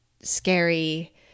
scary